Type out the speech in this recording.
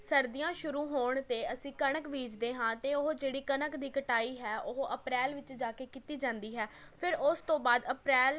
ਸਰਦੀਆਂ ਸ਼ੁਰੂ ਹੋਣ 'ਤੇ ਅਸੀਂ ਕਣਕ ਬੀਜਦੇ ਹਾਂ ਅਤੇ ਉਹ ਜਿਹੜੀ ਕਣਕ ਦੀ ਕਟਾਈ ਹੈ ਉਹ ਅਪ੍ਰੈਲ ਵਿੱਚ ਜਾ ਕੇ ਕੀਤੀ ਜਾਂਦੀ ਹੈ ਫਿਰ ਉਸ ਤੋਂ ਬਾਅਦ ਅਪ੍ਰੈਲ